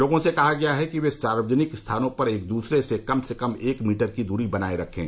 लोगों से कहा गया है कि वे सार्वजनिक स्थानों पर एक दूसरे से कम से कम एक मीटर की दूरी बनाये रखें